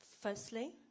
Firstly